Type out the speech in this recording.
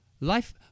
Life